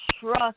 trust